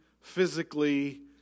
physically